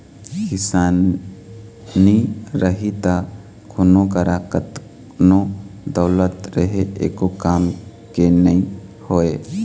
किसान नी रही त कोनों करा कतनो दउलत रहें एको काम के नी होय